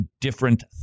different